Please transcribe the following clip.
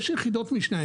יש יחידות משנה.